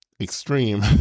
extreme